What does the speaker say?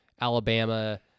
Alabama